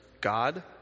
God